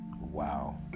Wow